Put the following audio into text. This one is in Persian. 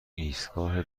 ایستگاه